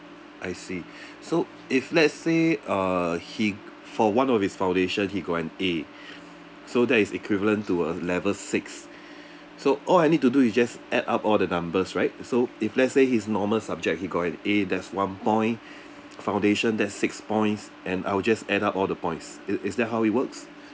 I see so if let's say uh he for one of his foundation he got an A so that is equivalent to A level six so all I need to do is just add up all the numbers right so if let's say his normal subject he got an A that's one point foundation that's six points and I'll just add up all the points i~ is that how it works